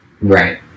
Right